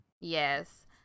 Yes